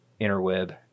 interweb